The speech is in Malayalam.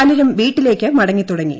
പലരും വീട്ടിലേയ്ക്ക് മടങ്ങിതുടങ്ങി